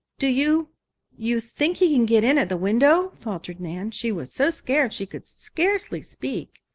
do you you think he can get in at the window? faltered nan. she was so scared she could scarcely speak.